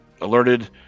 alerted